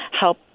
help